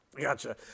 Gotcha